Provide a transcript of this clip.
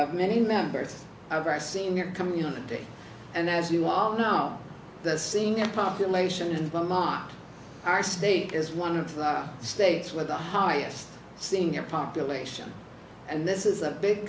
of many members of our senior community and as you well know the senior population in beaumont our state is one of the states with the highest senior population and this is a big